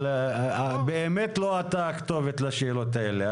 אבל באמת לא אתה הכתובת לשאלות האלה,